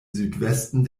südwesten